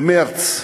במרס,